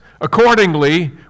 Accordingly